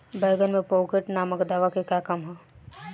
बैंगन में पॉकेट नामक दवा के का काम ह?